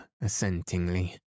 assentingly